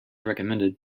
recommended